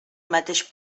mateix